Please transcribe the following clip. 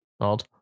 odd